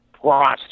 process